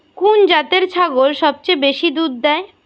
কুন জাতের ছাগল সবচেয়ে বেশি দুধ দেয়?